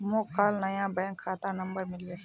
मोक काल नया बैंक खाता नंबर मिलबे